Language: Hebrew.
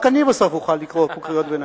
בסוף רק אני אוכל לקרוא קריאות ביניים.